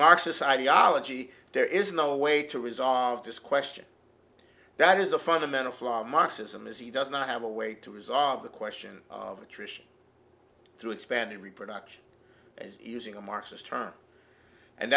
marxist ideology there is no way to resolve this question that is a fundamental flaw of marxism is he does not have a way to resolve the question of attrition through expanding reproduction using a marxist term and